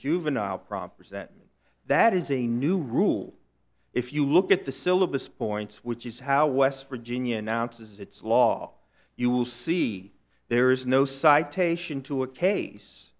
juvenile proper sentence that is a new rule if you look at the syllabus points which is how west virginia announces its law you will see there is no citation to a case